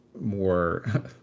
more